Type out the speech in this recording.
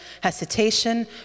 hesitation